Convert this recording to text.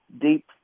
deep